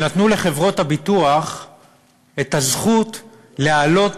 שנתנו לחברות הביטוח את הזכות להעלות